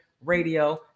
radio